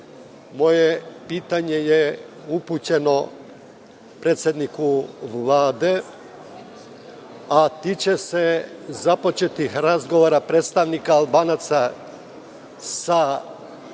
moje pitanje je upućeno predsedniku Vlade, a tiče se započetih razgovora predstavnika Albanaca sa